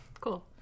Cool